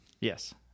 Yes